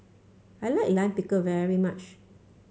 I like Lime Pickle very much